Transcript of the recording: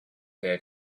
their